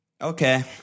Okay